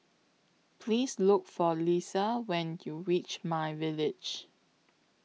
Please Look For Liza when YOU REACH MyVillage